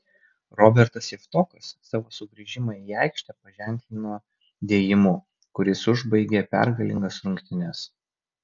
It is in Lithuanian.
robertas javtokas savo sugrįžimą į aikštę paženklino dėjimu kuris užbaigė pergalingas rungtynes